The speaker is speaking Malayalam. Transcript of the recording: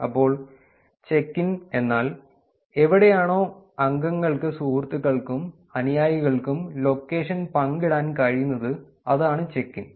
അപ്പോൾ ചെക്ക് ഇൻ എന്നാൽ എവിടെയാണോ അംഗങ്ങൾക്ക് സുഹൃത്തുക്കൾക്കും അനുയായികൾക്കും ലൊക്കേഷൻ പങ്കിടാൻ കഴിയുന്നത് അതാണ് ചെക്ക് ഇൻ